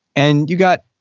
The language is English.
and you got,